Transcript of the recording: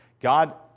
God